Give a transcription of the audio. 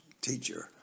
teacher